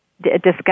discuss